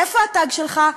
איפה התג שלך?